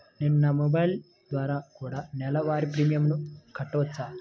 నేను నా మొబైల్ ద్వారా కూడ నెల వారి ప్రీమియంను కట్టావచ్చా?